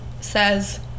says